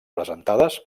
presentades